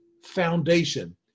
foundation